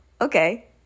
Okay